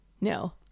No